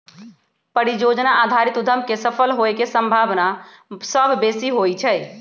परिजोजना आधारित उद्यम के सफल होय के संभावना सभ बेशी होइ छइ